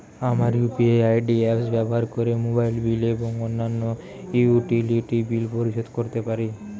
আমরা UPI apps ব্যবহার করে মোবাইল বিল এবং অন্যান্য ইউটিলিটি বিল পরিশোধ করতে পারি